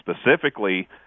specifically